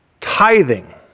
tithing